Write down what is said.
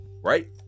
right